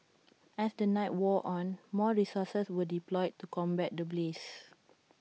as the night wore on more resources were deployed to combat the blaze